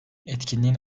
etkinliğin